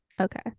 Okay